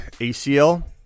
ACL